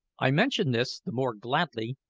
i mention this the more gladly,